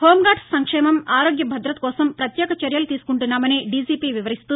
home guard సంక్షేమం ఆరోగ్య భద్రత కోసం పత్యేక చర్యలు తీసుకుంటున్నామని డీజీపీ వివరిస్తూ